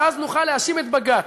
ואז נוכל להאשים את בג"ץ.